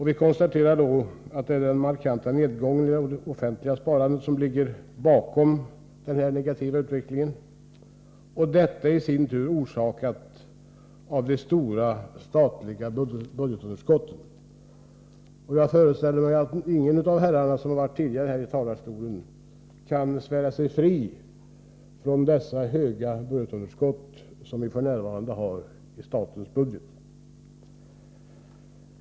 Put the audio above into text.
Vi konstaterar att det är den markanta nedgången i det offentliga sparandet som ligger bakom, och detta är i sin tur orsakat av det stora statliga budgetunderskottet. Jag föreställer mig att ingen av de herrar som har stått här i talarstolen kan svära sig fri från ansvar för det stora underskott som statens budget f.n. har.